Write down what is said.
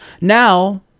Now